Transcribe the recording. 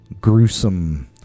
gruesome